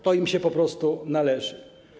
To im się po prostu należy.